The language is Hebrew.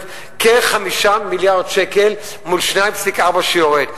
כלומר כ-5 מיליארד שקל מול 2.4 מיליארד שיורדים.